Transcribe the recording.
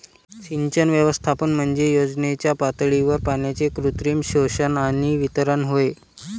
सिंचन व्यवस्थापन म्हणजे योजनेच्या पातळीवर पाण्याचे कृत्रिम शोषण आणि वितरण होय